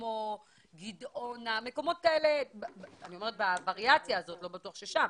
כמו גדעונה בווריאציה הזאת, לא בטוח ששם